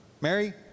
Mary